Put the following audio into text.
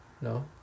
No